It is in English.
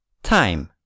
Time